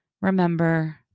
remember